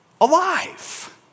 alive